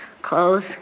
Clothes